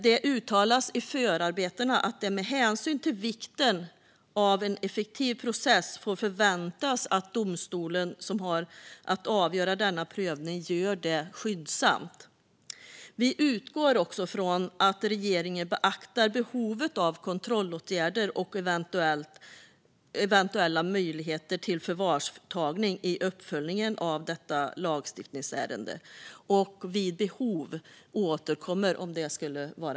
Det uttalas i förarbetena att det med hänsyn till vikten av en effektiv process får förväntas att domstolen som har att göra denna prövning gör detta skyndsamt. Vi utgår också från att regeringen beaktar behovet av kontrollåtgärder och eventuella möjligheter till förvarstagning i uppföljningen av detta lagstiftningsärende och vid behov återkommer.